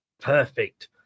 Perfect